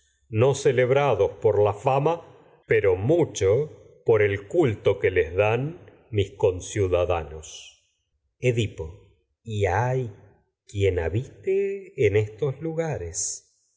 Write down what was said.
que celebrados por la fama pero mucho el culto les dan mis conciudadanos edipo el y hay quien habite en estos lugares